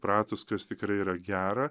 pratus kas tikrai yra gera